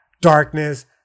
darkness